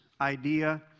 idea